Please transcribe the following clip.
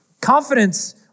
Confidence